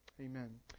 Amen